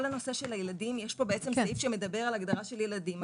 יש פה סעיף שמדבר על הגדרה של ילדים,